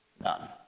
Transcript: none